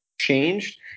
changed